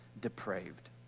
depraved